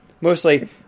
Mostly